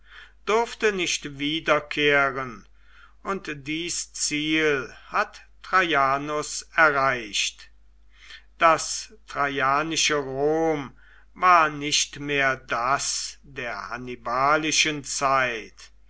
durfte nicht wiederkehren und dies ziel hat traianus erreicht das traianische rom war nicht mehr das der hannibalischen zeit